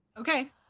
Okay